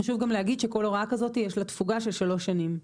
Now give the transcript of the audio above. חשוב גם להגיד שכל הוראה כזאת יש לה תפוגה של שלוש שנים.